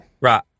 Right